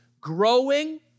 Growing